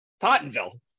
tottenville